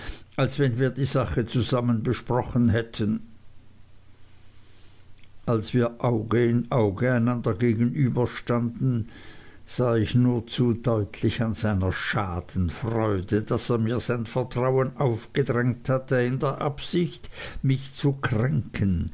als wenn wir die sache zusammen besprochen hätten als wir auge in auge einander gegenüberstanden sah ich nur zu deutlich an seiner schadenfreude daß er mir sein vertrauen aufgedrängt hatte in der absicht mich zu kränken